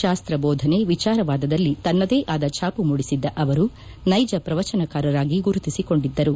ಶಾಸ್ತ್ರ ಬೋಧನೆ ವಿಚಾರವಾದದಲ್ಲಿ ತನ್ನದೇ ಆದ ಛಾಪು ಮೂಡಿಸಿದ್ದ ಅವರು ನೈಜ ಪ್ರವಚನಕಾರರಾಗಿ ಗುರುತಿಸಿಕೊಂಡಿದ್ದರು